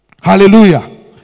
Hallelujah